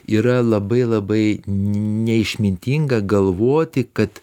yra labai labai neišmintinga galvoti kad